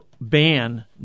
ban